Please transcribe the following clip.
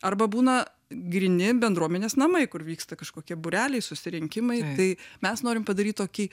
arba būna gryni bendruomenės namai kur vyksta kažkokie būreliai susirinkimai tai mes norim padaryti tokį